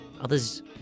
others